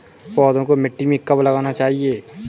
पौधों को मिट्टी में कब लगाना चाहिए?